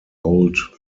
old